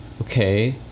okay